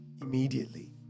immediately